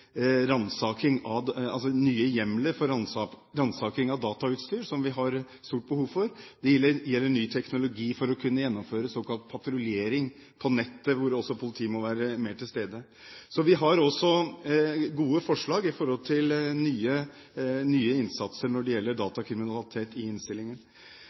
nye hjemler for ransaking av datautstyr, som vi har stort behov for, og det gjelder ny teknologi for å kunne gjennomføre såkalt patruljering på nettet, hvor også politiet må være mer til stede. Så vi har også gode forslag til ny innsats når det gjelder datakriminalitet i innstillingen.